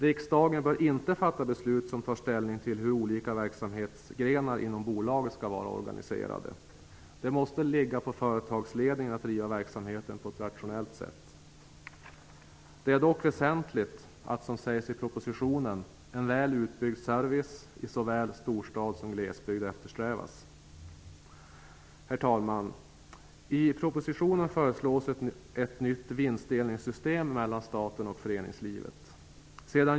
Riksdagen bör inte fatta beslut där man tar ställning till hur olika verksamhetsgrenar inom bolaget skall vara organiserade. Det måste ligga på företagsledningen att driva verksamheten på ett rationellt sätt. Det är dock väsentligt att, som sägs i propositionen, en väl utbyggd service i såväl storstad som glesbygd eftersträvas. Herr talman! I propositionen föreslås ett nytt vinstdelningssystem mellan staten och föreningslivet.